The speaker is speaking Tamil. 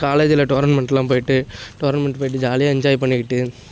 காலேஜில் டோர்னமெண்ட்லாம் போயிட்டு டோர்னமெண்ட் போயிட்டு ஜாலியாக என்ஜாய் பண்ணிக்கிட்டு